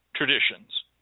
Traditions